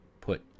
put